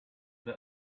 that